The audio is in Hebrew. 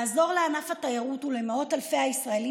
לעזור לענף התיירות ולמאות אלפי הישראלים